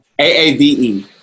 AAVE